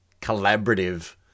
collaborative